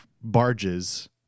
barges